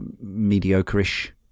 mediocre-ish